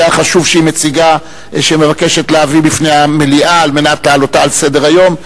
החשוב שהיא מבקשת להביא בפני המליאה על מנת להעלותו על סדר-היום.